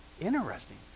interesting